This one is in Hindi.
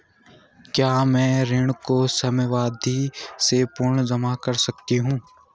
क्या मैं ऋण को समयावधि से पूर्व जमा कर सकती हूँ?